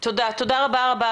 תודה,